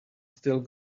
still